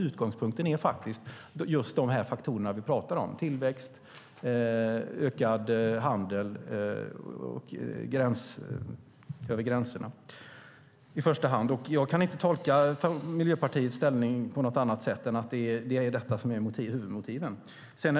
Utgångspunkten är faktiskt just de faktorer som vi pratar om: tillväxt och ökad handel över gränserna i första hand. Jag kan inte tolka Miljöpartiets ställningstagande på annat sätt än att detta är huvudmotiven.